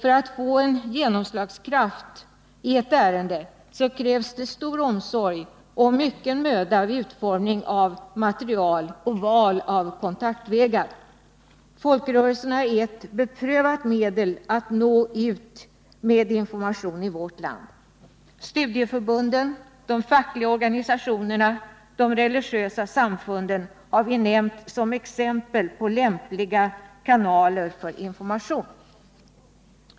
För att få genomslagskraft i opinionsbildningen krävs det stor omsorg och mycken möda vid utformningen av material och val av kontaktvägar. Folkrörelserna är ett beprövat medel när det gäller att nå ut med information i vårt land. Studieförbunden, de fackliga organisationerna och de religiösa samfunden har vi nämnt som exempel på lämpliga kanaler för information.